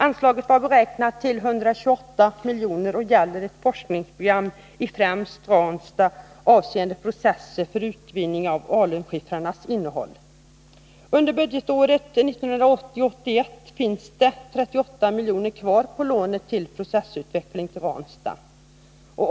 Anslaget var beräknat till 128 milj.kr. och gällde ett forskningsprogram i främst Ranstad avseende processer för utvinning av alunskifferns innehåll. Under budgetåret 1980/81 finns det 38 milj.kr. kvar på lånet till Ranstad avseende processutveckling.